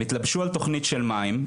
הן התלבשו על תוכנית של מים.